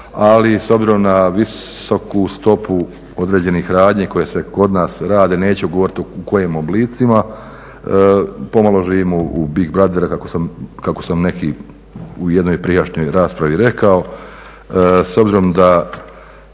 ali s obzirom na visoku stopu određenih radnji koje se kod nas rade neću govoriti u kojim oblicima, pomalo živimo u big brotheru, kako sam u jednoj prijašnjoj raspravi rekao. S obzirom da